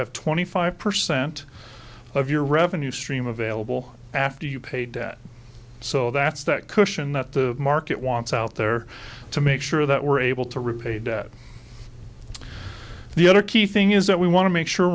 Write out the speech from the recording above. have twenty five percent of your revenue stream available after you pay debt so that's that cushion that the market wants out there to make sure that we're able to repay debt the other key thing is that we want to make sure